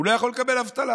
הוא לא יכול לקבל אבטלה.